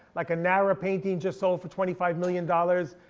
like a nara painting just sold for twenty five million dollars.